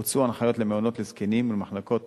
הוצאו הנחיות למעונות לזקנים ולמחלקות